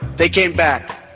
they came back.